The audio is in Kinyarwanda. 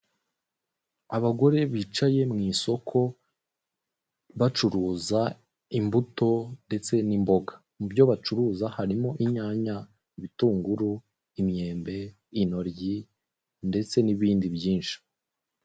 Abagore bicaye mu isoko bacuruza imbuto ndetse n'imboga, mu byo bacuruza harimo inyanya, ibitunguru, imyembe, intoryi ndetse n'ibindi byinshi.